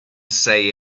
say